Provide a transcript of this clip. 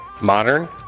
modern